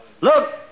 Look